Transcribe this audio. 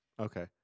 Okay